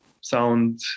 sound